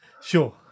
Sure